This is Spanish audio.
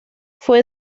fue